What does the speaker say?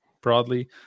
broadly